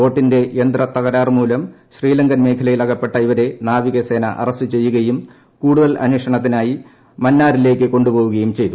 ബോട്ടിന്റെ യന്ത്ര തകരാറുമൂലം ശ്രീലങ്കൻ മേഖലയിൽ അകപ്പെട്ട ഇവരെ നാവികസേന അറസ്റ്റ് ചെയ്യുകയും കൂടുതൽ അന്വേഷണത്തിനായി മന്നാരിലേക്കും കൊണ്ടുപോവുകയും ചെയ്തു